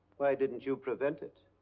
why didn't you prevent it?